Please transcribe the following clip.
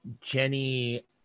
Jenny